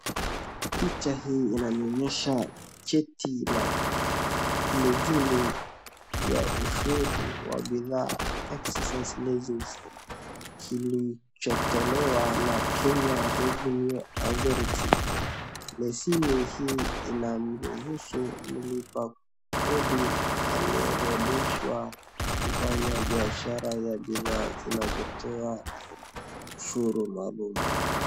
Picha hii inanionyesha cheti cha leseni ya ushuru wa bidhaa, exercise license kilichotolewa na Kenya Revenue Authority . Leseni hii inamruhusu mlipa kodi aliyerudishwa kufanya biashara ya bidhaa zinazotoa ushuru maalumu.